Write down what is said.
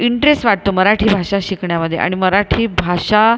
interest वाटो मराठी भाषा शिकण्यामध्ये आणि मराठी भाषा